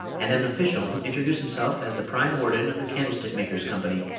and an official, who introduced himself as the prime warden of the candlestick-makers' company,